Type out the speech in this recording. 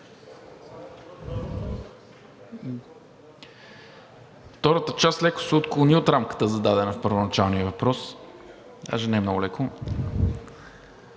Втората част леко се отклони от рамката, зададена в първоначалния въпрос – даже не много леко.